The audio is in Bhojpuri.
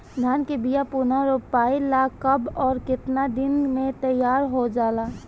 धान के बिया पुनः रोपाई ला कब और केतना दिन में तैयार होजाला?